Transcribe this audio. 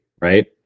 Right